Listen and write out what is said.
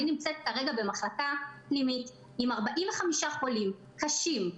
אני נמצאת כרגע במחלקה פנימית עם 45 חולים קשים.